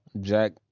Jack